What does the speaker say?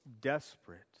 desperate